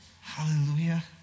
hallelujah